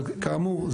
אבל כאמור,